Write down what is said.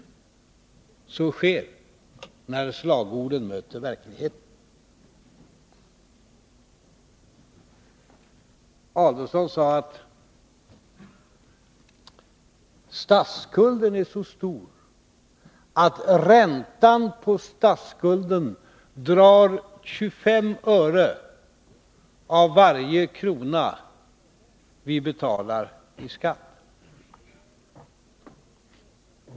Så sker när slagorden möter verkligheten. Ulf Adelsohn sade att statsskulden är så stor att räntan på statsskulden drar 25 öre av varje krona vi betalar i skatt.